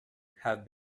had